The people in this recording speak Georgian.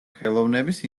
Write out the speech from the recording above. ხელოვნების